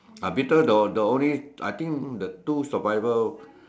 ah Beatles the the only the only I think the two survivor